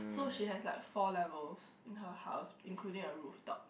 so she has like four levels in her house including a roof top